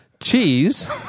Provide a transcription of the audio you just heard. Cheese